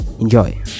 enjoy